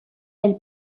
elle